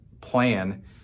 plan